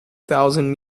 thousand